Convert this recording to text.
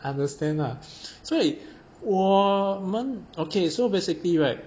understand lah 所以我们 okay so basically right